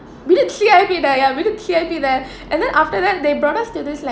we didn't see anything there ya we didn't see anything there and then after that they brought us to this like